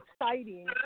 exciting